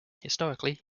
historically